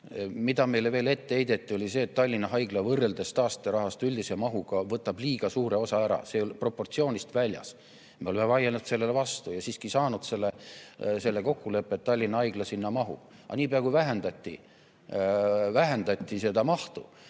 heideti veel ette seda, et Tallinna Haigla võrreldes taasterahastu üldise mahuga võtab liiga suure osa ära, see on proportsioonist väljas. Me oleme vaielnud sellele vastu ja siiski saanud selle kokkuleppe, et Tallinna Haigla sinna mahub. Aga niipea, kui vähendati seda mahtu